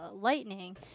Lightning